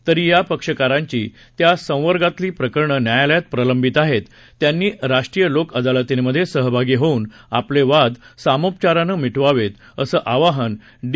तरी ज्या पक्षकारांची या संवर्गातली प्रकरणं न्यायालयात प्रलंबित आहेत त्यांनी राष्ट्रीय लोक अदालतीमध्ये सहभागी होऊन आपले वाद सामोपचारान मिटवावेत असं आवाहन डी